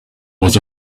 was